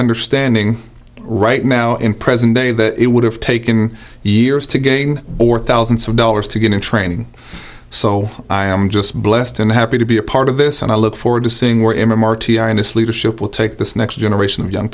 understanding right now in present day that it would have taken years to gain or thousands of dollars to get in training so i am just blessed and happy to be a part of this and i look forward to seeing where him r t i and his leadership will take this next generation of